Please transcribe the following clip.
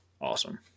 Awesome